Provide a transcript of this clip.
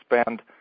spend